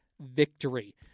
victory